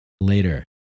later